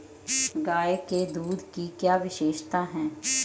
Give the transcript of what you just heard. गाय के दूध की क्या विशेषता है?